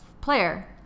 player